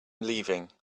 leaving